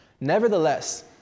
nevertheless